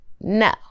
No